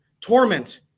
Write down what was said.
torment